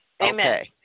Amen